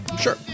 Sure